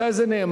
מתי זה נאמר?